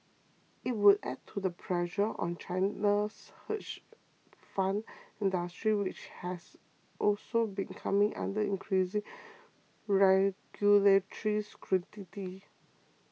it would add to the pressure on China's hedge fund industry which has also been coming under increasing regulatory scrutiny